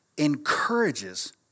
encourages